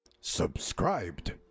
Subscribed